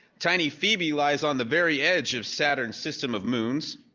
tiny phoebe lies on the very edge of saturn's system of moons.